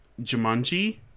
Jumanji